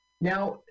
Now